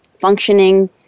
functioning